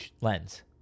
lens